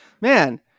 Man